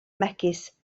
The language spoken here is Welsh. megis